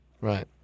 Right